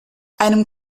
einem